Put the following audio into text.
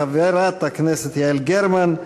חברת הכנסת יעל גרמן,